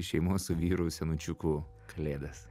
šeimos su vyru senučiuku kalėdas